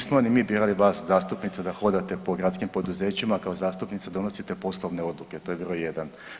Nismo ni mi birali vas zastupnice da hodate po gradskim poduzećima kao zastupnica i donosite poslovne odluke, to je broj jedan.